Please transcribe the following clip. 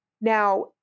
now